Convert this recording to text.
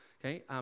okay